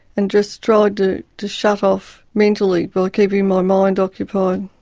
and just tried to to shut off mentally by keeping my mind occupied,